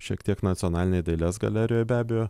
šiek tiek nacionalinėj dailės galerijoj be abejo